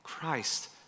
Christ